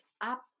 up